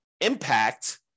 impact